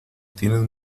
tienen